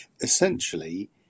Essentially